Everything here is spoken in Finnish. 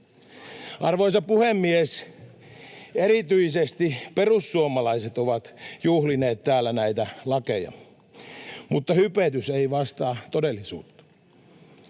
Arvoisa puhemies! Erityisesti perussuomalaiset ovat juhlineet täällä näitä lakeja, mutta hypetys ei vastaa todellisuutta.